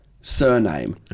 surname